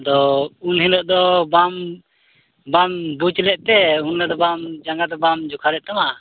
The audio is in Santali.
ᱟᱫᱚ ᱩᱱ ᱦᱤᱞᱳᱜ ᱫᱚ ᱵᱟᱢ ᱵᱟᱢ ᱵᱩᱡᱽᱞᱮᱫ ᱛᱮ ᱩᱱᱨᱮᱫᱚ ᱵᱟᱢ ᱡᱟᱸᱜᱟ ᱫᱚ ᱵᱟᱢ ᱡᱚᱠᱷᱟᱞᱮᱫ ᱛᱟᱢᱟ